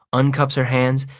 uncups her hands,